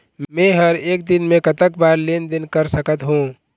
मे हर एक दिन मे कतक बार लेन देन कर सकत हों?